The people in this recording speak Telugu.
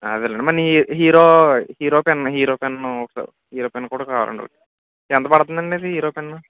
అదేలే అండి మరి నీ hero hero pen hero pen ఒక హీరో పెన్ను కూడా కావాలి అండి ఎంత పడుతుంది అండి ఇది హీరో పెన్ను